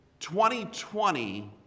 2020